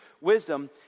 wisdom